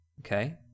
okay